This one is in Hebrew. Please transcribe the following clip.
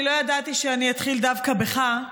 אני לא ידעתי שאני אתחיל דווקא בך,